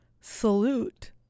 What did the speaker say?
Salute